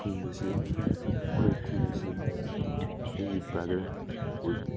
ꯈꯨꯟ ꯑꯁꯦ ꯑꯩꯈꯣꯏ ꯈꯨꯟ ꯑꯁꯦ ꯑꯩꯒꯤ ꯕ꯭ꯔꯗꯔ